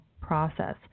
process